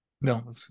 No